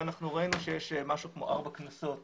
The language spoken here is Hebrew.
אנחנו ראינו שיש משהו כמו ארבעה קנסות